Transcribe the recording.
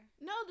No